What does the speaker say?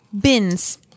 Bins